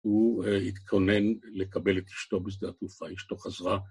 הוא התכונן לקבל את אשתו בשדה התעופה, אשתו חזרה.